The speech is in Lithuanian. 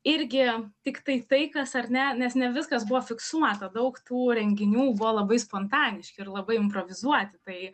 irgi tiktai tai kas ar ne nes ne viskas buvo fiksuota daug tų renginių buvo labai spontaniški ir labai improvizuoti tai